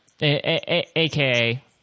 AKA